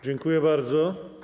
Dziękuję bardzo.